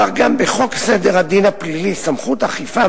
כך גם בחוק סדר הדין הפלילי (סמכויות אכיפה,